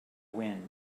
wind